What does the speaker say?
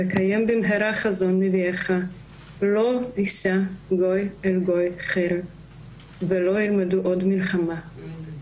וקיים במהרה חזון נביאך "לא ישא גוי אל גוי חרב ולא ילמדו עוד מלחמה".